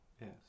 yes